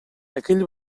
aquell